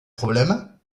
problème